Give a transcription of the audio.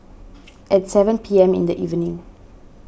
at seven P M in the evening